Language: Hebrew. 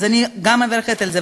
אז אני מברכת גם על זה,